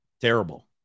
Terrible